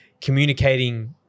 communicating